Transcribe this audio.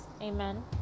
Amen